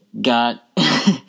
got